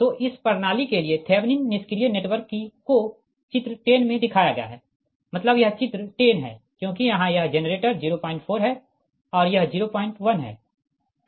तो इस प्रणाली के लिए थेवनिन निष्क्रिय नेटवर्क को चित्र 10 में दिखाया गया है मतलब यह चित्र 10 है क्योंकि यहाँ यह जेनरेटर 04 है और यह 01 है